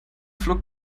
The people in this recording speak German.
flog